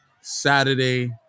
Saturday